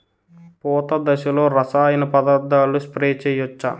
పూత దశలో రసాయన పదార్థాలు స్ప్రే చేయచ్చ?